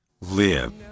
live